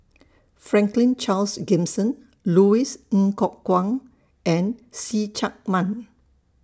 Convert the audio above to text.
Franklin Charles Gimson Louis Ng Kok Kwang and See Chak Mun